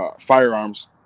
Firearms